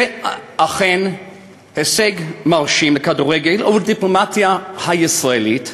זה אכן הישג מרשים לכדורגל ולדיפלומטיה הישראלית,